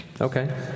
Okay